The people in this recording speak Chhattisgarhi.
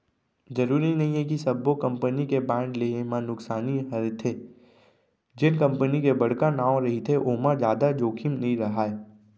जरूरी नइये कि सब्बो कंपनी के बांड लेहे म नुकसानी हरेथे, जेन कंपनी के बड़का नांव रहिथे ओमा जादा जोखिम नइ राहय